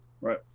Right